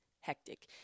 hectic